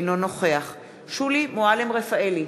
אינו נוכח שולי מועלם-רפאלי,